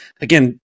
again